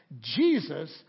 Jesus